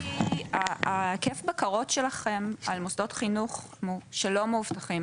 היקף הבקרות שלכם על מוסדות שלא מאובטחים,